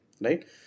right